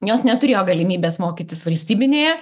jos neturėjo galimybės mokytis valstybinėje